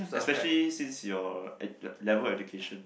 especially since your ed~ level of education